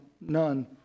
none